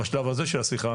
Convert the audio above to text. בשלב הזה של השיחה